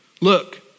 Look